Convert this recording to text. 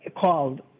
called